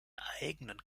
eigenen